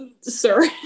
Sir